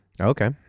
Okay